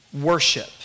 worship